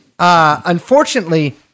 Unfortunately